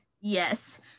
yes